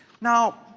Now